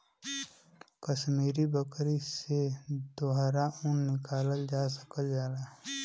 कसमीरी बकरी से दोहरा ऊन निकालल जा सकल जाला